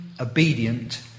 obedient